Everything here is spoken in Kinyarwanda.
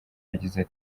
yagize